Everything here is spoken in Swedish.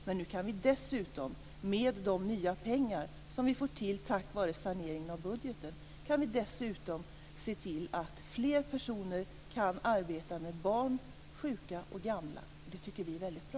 Men nu kan vi dessutom, med de nya pengar som kommer till tack vare saneringen av budgeten, se till att fler personer kan arbeta med barn, sjuka och gamla. Det tycker vi är väldigt bra.